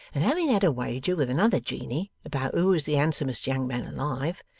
and having had a wager with another genie about who is the handsomest young man alive,